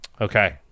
Okay